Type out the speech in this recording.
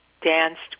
danced